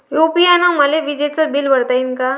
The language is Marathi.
यू.पी.आय न मले विजेचं बिल भरता यीन का?